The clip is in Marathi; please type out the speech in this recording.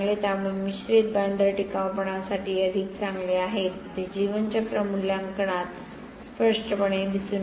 त्यामुळे मिश्रित बाइंडर टिकाऊपणासाठी अधिक चांगले आहेत ते जीवन चक्र मूल्यांकनात स्पष्टपणे दिसून येते